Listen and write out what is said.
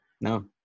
No